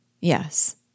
Yes